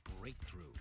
breakthrough